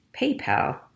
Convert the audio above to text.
PayPal